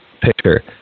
picture